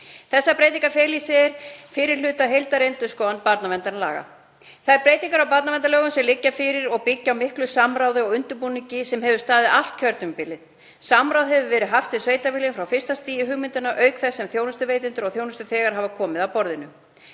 Þessar breytingar fela í sér fyrri hluta heildarendurskoðunar barnaverndarlaga. Þær breytingar á barnaverndarlögum sem liggja fyrir byggja á miklu samráði og undirbúningi sem staðið hefur allt kjörtímabilið. Samráð hefur verið haft við sveitarfélögin frá fyrsta stigi hugmyndanna auk þess sem þjónustuveitendur og þjónustuþegar hafa komið að borðinu.